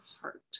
heart